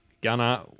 Gunner